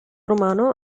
romano